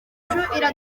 iradufasha